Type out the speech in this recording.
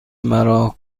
مرا